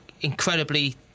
incredibly